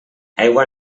aigua